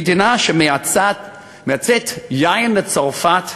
מדינה שמייצאת יין לצרפת,